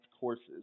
courses